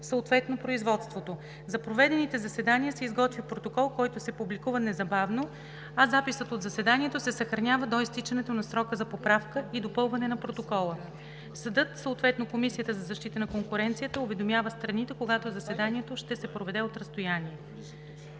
съответно производството. За проведените заседания се изготвя протокол, който се публикува незабавно, а записът от заседанието се съхранява до изтичането на срока за поправка и допълване на протокола. Съдът, съответно Комисията за защита на конкуренцията уведомява страните, когато заседанието ще се проведе от разстояние.“